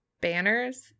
banners